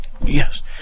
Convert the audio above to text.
Yes